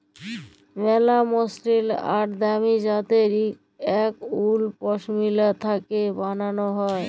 ম্যালা মসরিল আর দামি জ্যাত্যের ইকট উল পশমিলা থ্যাকে বালাল হ্যয়